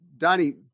Donnie